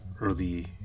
early